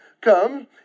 come